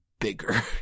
bigger